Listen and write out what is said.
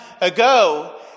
ago